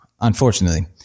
unfortunately